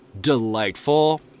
delightful